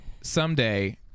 Someday